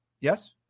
Yes